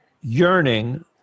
yearning